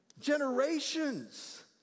generations